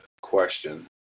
question